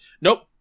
Nope